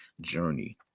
journey